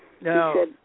No